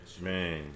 Man